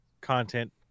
content